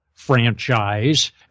franchise